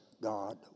God